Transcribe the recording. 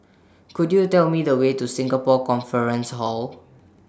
Could YOU Tell Me The Way to Singapore Conference Hall